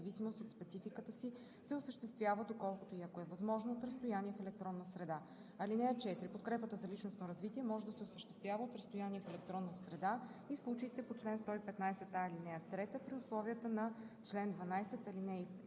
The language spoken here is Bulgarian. в зависимост от спецификата си се осъществява, доколкото и ако е възможно, от разстояние в електронна среда. (4) Подкрепата за личностно развитие може да се осъществява от разстояние в електронна среда и в случаите по чл. 115а, ал. 3, при условията на чл. 12, ал. 2